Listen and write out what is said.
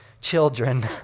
children